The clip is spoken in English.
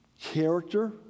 Character